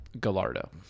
gallardo